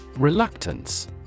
Reluctance